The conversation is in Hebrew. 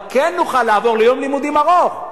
אבל כן נוכל לעבור ליום לימודים ארוך.